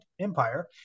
Empire